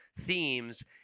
themes